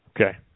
Okay